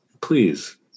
please